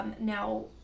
now